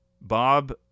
Bob